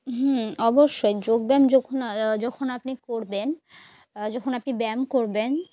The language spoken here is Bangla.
হুম অবশ্যই যোগব্যায়াম যখন যখন আপনি করবেন যখন আপনি ব্যায়াম করবেন